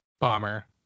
Bomber